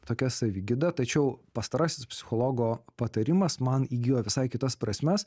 tokia savigyda tačiau pastarasis psichologo patarimas man įgijo visai kitas prasmes